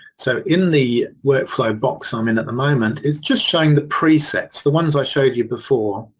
so in the workflow box i'm in at the moment, its just showing the presets, the ones i showed you before